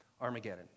Armageddon